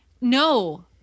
No